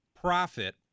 profit